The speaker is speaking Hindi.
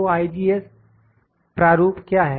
तो IGES प्रारूप क्या है